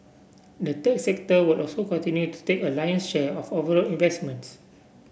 the tech sector will also continue to take a lion share of overall investments